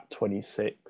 26